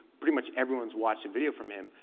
pretty much everyone's watched a video from him,